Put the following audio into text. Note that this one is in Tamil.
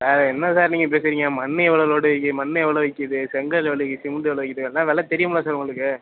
ஆ என்ன சார் நீங்கள் பேசுகிறிங்க மண் எவ்வளோ லோடு விற்குது மண் எவ்வளோ விற்குது செங்கல் எவ்வளோ விற்குது சிமெண்ட் எவ்வளோ விற்குது அதெல்லாம் விலை தெரியுமா சார் உங்களுக்கு